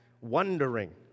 wondering